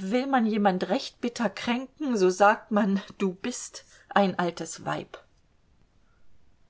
will man jemand recht bitter kränken so sagt man du bist ein altes weib